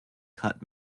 cut